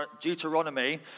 Deuteronomy